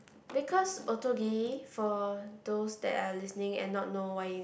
because Otogi for those that are listening and not know why